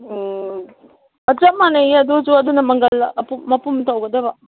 ꯆꯞ ꯃꯥꯟꯅꯩꯌꯦ ꯑꯗꯨꯁꯨ ꯑꯗꯨꯅ ꯃꯪꯒꯜ ꯃꯄꯨꯝ ꯇꯧꯒꯗꯕ